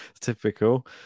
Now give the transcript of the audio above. Typical